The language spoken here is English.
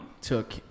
took